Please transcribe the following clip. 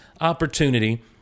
opportunity